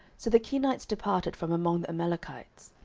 so the kenites departed from among the amalekites.